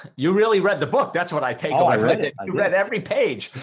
you really read the book. that's what i take. i read it. i read every page